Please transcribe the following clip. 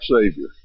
Savior